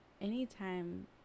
anytime